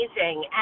amazing